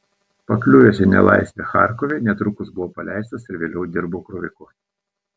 pakliuvęs į nelaisvę charkove netrukus buvo paleistas ir vėliau dirbo kroviku